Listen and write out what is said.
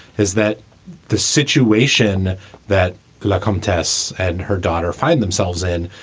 is that the situation that larcom tests and her daughter find themselves in,